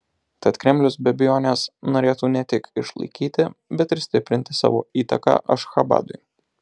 tad kremlius be abejonės norėtų ne tik išlaikyti bet ir stiprinti savo įtaką ašchabadui